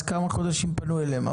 אז כמה חודשים פנו אליהם,